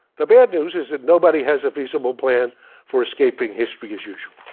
the bad news is that nobody has a feasible plan for escaping history as usual.